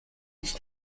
nicht